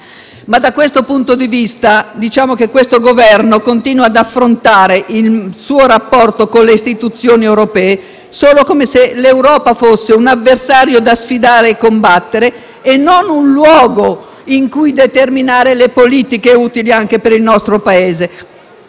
del nostro Paese. Ma il Governo continua ad affrontare il suo rapporto con le istituzioni europee solo come se l'Europa fosse un avversario da sfidare e combattere e non un luogo in cui determinare le politiche utili anche per il nostro Paese.